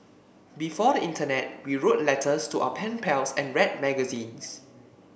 before the internet we wrote letters to our pen pals and read magazines